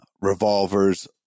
revolvers